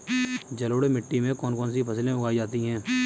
जलोढ़ मिट्टी में कौन कौन सी फसलें उगाई जाती हैं?